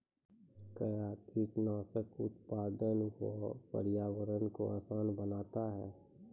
कया कीटनासक उत्पादन व परिवहन को आसान बनता हैं?